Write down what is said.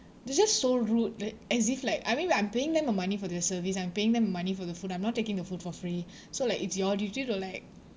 they're just so rude like as if like I mean when I'm paying them the money for their service I'm paying them the money for the food I'm not taking the food for free so like it's your duty to like